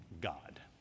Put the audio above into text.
God